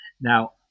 Now